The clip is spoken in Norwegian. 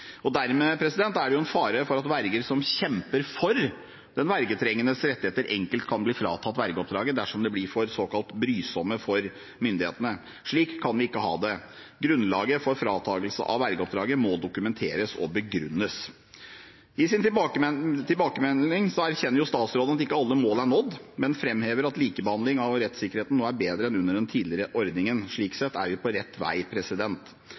vergetrengende. Dermed er det en fare for at verger som kjemper for den vergetrengendes rettigheter, enkelt kan bli fratatt vergeoppdraget dersom de blir for «brysomme» for myndighetene. Slik kan vi ikke ha det. Grunnlaget for fratakelse av vergeoppdrag må dokumenteres og begrunnes. I sin tilbakemelding erkjenner statsråden at ikke alle målene er nådd, men framhever at likebehandlingen og rettssikkerheten nå er bedre enn under den tidligere ordningen. Slik sett er vi på rett vei.